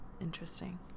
Interesting